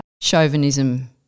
chauvinism